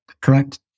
correct